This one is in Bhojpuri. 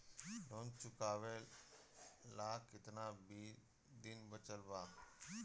लोन चुकावे ला कितना दिन बचल बा?